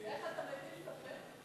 איך אתה מטיל ספק?